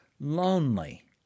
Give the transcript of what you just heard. lonely